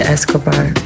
Escobar